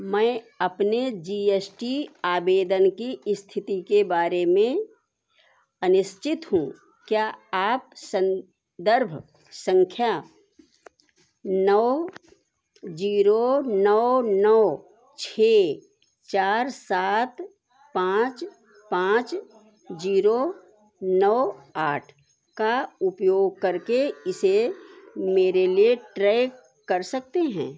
मैं अपने G S T आवेदन की स्थिति के बारे में अनिश्चित हूँ क्या आप संदर्भ संख्या नौ जीरो नौ नौ छः चार सात पाँच पाँच जीरो नौ आठ का उपयोग करके इसे मेरे लिए ट्रैक कर सकते हैं